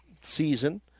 season